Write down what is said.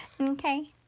Okay